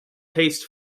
paced